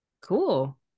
cool